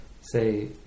say